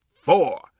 four